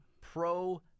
pro